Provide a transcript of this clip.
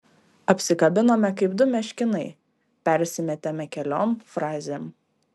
apsikabinome kaip du meškinai persimetėme keliom frazėm